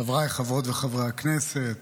חבריי חברות וחברי הכנסת,